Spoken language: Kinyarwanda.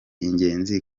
ingenzi